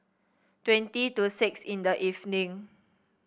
twenty to six in the evening